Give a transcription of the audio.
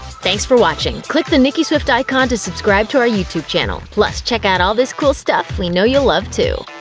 thanks for watching! click the nicki swift icon to subscribe to our youtube channel. plus check out all this cool stuff we know you'll love, too!